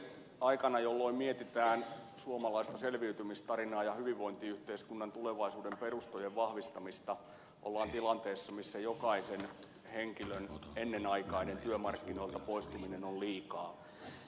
aikana jolloin mietitään suomalaista selviytymistarinaa ja hyvinvointiyhteiskunnan tulevaisuuden perustojen vahvistamista ollaan tilanteessa missä jokaisen henkilön ennenaikainen työmarkkinoilta poistuminen on liikaa